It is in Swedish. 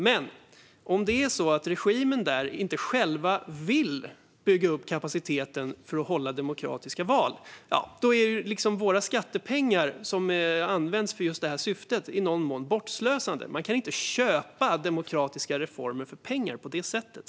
Men om regimen i Zimbabwe inte själv vill bygga upp kapaciteten för att hålla demokratiska val, ja, då är våra skattepengar som används för just det syftet i någon mån bortslösade. Man kan inte köpa demokratiska reformer för pengar på det sättet.